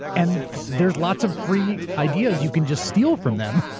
and there's lots of free ideas you can just steal from them,